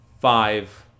five